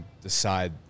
decide